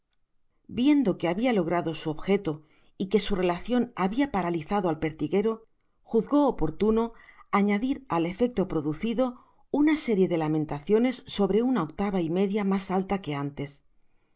viendo que habia logrado su objeto y qué su relacion habia paralizado al pertiguero juzgó oportuno añadir al efecto producido una serie de lamentaciones sobre una octava y media mas alta que antes en